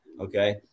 Okay